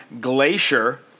Glacier